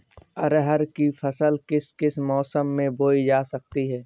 अरहर की फसल किस किस मौसम में बोई जा सकती है?